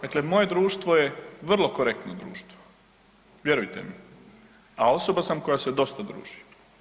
Dakle, moje društvo je vrlo korektno društvo, vjerujte mi, a osoba sam koja se dosta druži.